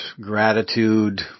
gratitude